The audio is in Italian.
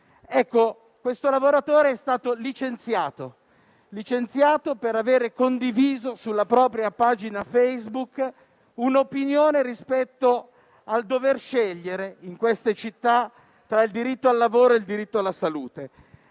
Ecco, questo lavoratore è stato licenziato per avere condiviso sulla propria pagina Facebook un'opinione rispetto al dover scegliere, in queste città, tra il diritto al lavoro e quello alla salute.